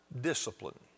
discipline